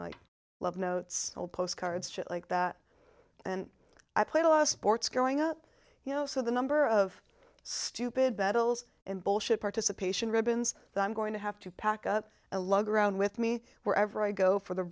know i love notes postcards just like that and i played a lot of sports growing up you know so the number of stupid battles in bullshit participation ribbons that i'm going to have to pack up a lug around with me wherever i go for the